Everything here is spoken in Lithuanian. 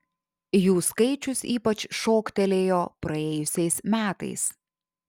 jų skaičius ypač šoktelėjo praėjusiais metais